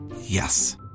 Yes